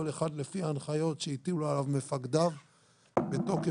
כל אחד לפי ההנחיות שהטילו עליו מפקדיו ובתוקף